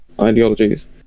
ideologies